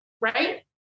Right